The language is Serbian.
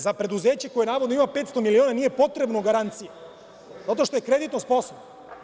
Za preduzeće koje navodno ima 500 miliona nije potrebna garancija, zato što je kreditno sposobno.